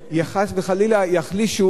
חס וחלילה, יחלישו את כולם.